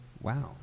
Wow